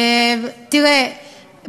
תראה,